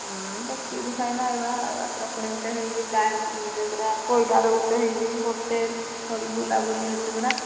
ଦେଖିଦୁଖା କି ନା ଆଇବା ଆଉ ରାତିରେ ପୁଣି ଗୋଟେ ହେଇଛି ଡାଇମ କୋଇଲାର ଗୋଟେ ହେଇଛି ହୋଟେଲ ବୁଲାବୁଲି ଅଛି ପୁରା